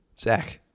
Zach